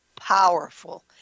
powerful